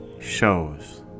shows